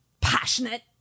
passionate